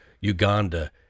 Uganda